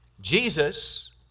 Jesus